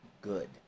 good